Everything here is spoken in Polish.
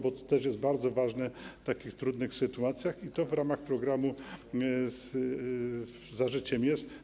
Bo to też jest bardzo ważne w takich trudnych sytuacjach i to w ramach programu ˝Za życiem˝ jest.